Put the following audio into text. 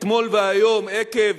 אתמול והיום עקב